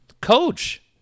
Coach